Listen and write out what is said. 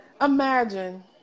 Imagine